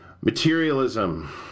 Materialism